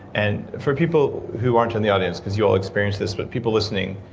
and for people who aren't in the audience, because you all experienced this, but people listening.